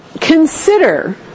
consider